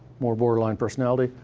more borderline personality.